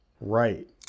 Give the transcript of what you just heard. right